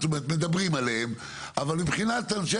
זאת אומרת מדברים עליהם אבל מבחינת אנשי